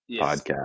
podcast